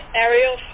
Ariel